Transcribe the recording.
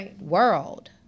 world